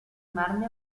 marmi